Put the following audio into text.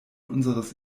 unseres